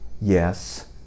Yes